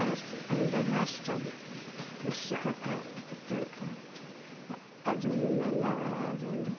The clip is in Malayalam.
അതിൻ്റെ കാഷ്ടം കൃഷിക്കൊക്കെ ഇട്ടുകൊടുക്കാം അതും നല്ല വളമായതുകൊണ്ട്